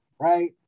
right